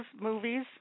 movies